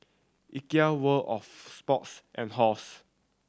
Ikea World Of Sports and Halls